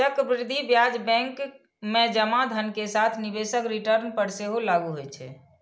चक्रवृद्धि ब्याज बैंक मे जमा धन के साथ निवेशक रिटर्न पर सेहो लागू होइ छै